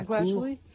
Gradually